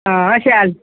हां शैल